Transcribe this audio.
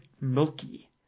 milky